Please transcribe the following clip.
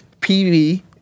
PV